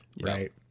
Right